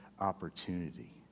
opportunity